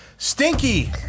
Stinky